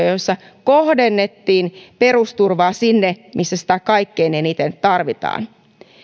joissa kohdennettiin perusturvaa sinne missä sitä kaikkein eniten tarvitaan